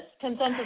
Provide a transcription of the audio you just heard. consensus